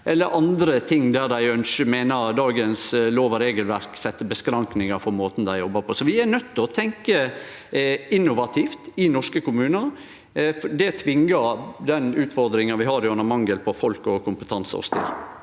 eller anna der dei meiner dagens lov- og regelverk set avgrensingar for måten dei jobbar på. Vi er nøydde til å tenkje innovativt i norske kommunar. Det tvingar den utfordringa vi har gjennom mangel på folk og kompetanse,